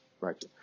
right